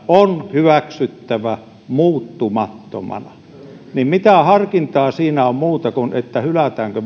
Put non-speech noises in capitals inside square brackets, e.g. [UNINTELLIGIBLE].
on hyväksyttävä sisällöltään muuttumattomana niin mitä harkintaa siinä on muuta kuin se hylätäänkö [UNINTELLIGIBLE]